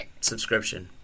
subscription